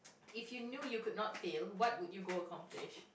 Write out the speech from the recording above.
if you knew you could not fail what would you go accomplish